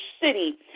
city